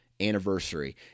anniversary